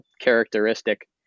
characteristic